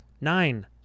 Nine